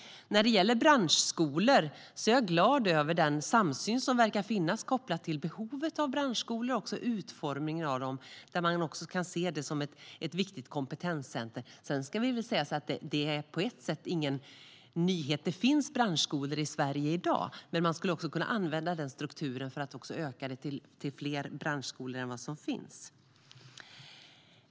När det gäller branschskolor är jag glad över den samsyn som verkar finnas, kopplat till behovet och utformningen av branschskolor. Man kan se det som ett viktigt kompetenscentrum. Men på ett sätt är det ingen nyhet. Det finns branschskolor i Sverige i dag, men man skulle också kunna använda strukturen till att öka branschskolornas antal.